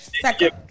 second